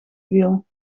wiel